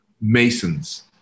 Masons